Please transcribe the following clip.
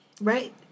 Right